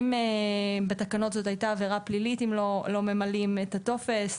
אם בתקנות זאת הייתה עבירה פלילית אם לא ממלאים את הטופס,